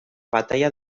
batalla